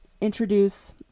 introduce